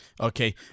Okay